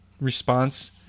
response